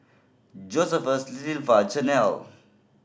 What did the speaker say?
Josephus Zilpah Chanelle